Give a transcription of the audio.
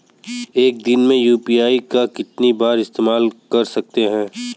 एक दिन में यू.पी.आई का कितनी बार इस्तेमाल कर सकते हैं?